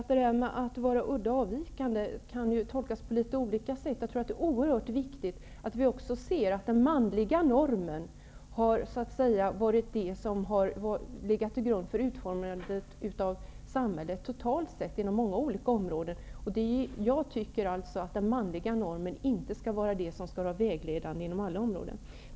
Talet om att vara udda och avvikande kan således tolkas litet olika. Jag tror att det är oerhört viktigt att vi också ser att den manliga normen varit det som så att säga har legat till grund för utformandet av samhället totalt sett och inom många olika områden. Jag tycker alltså att den manliga normen inte skall vara vägledande inom alla områden.